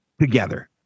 together